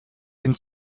den